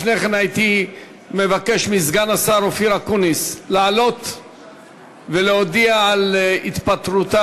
לפני כן הייתי מבקש מסגן השר אופיר אקוניס לעלות ולהודיע על התפטרותה